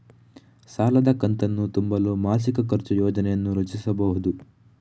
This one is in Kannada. ಸಾಲದ ಕಂತನ್ನು ತುಂಬಲು ಮಾಸಿಕ ಖರ್ಚು ಯೋಜನೆಯನ್ನು ರಚಿಸಿಬಹುದು